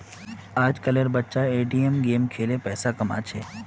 आजकल एर बच्चा ए.टी.एम गेम खेलें पैसा कमा छे